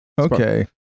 Okay